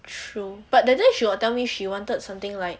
true but that day she got tell me she wanted something like